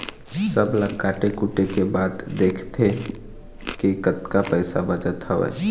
सब ल काटे कुटे के बाद देखथे के कतका पइसा बचत हवय